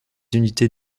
unités